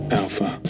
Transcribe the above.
alpha